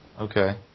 Okay